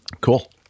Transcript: Cool